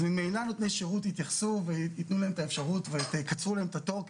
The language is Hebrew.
אז ממילא נותני שרות התייחסו ויתנו להם את האפשרות ויקצרו להם את התור,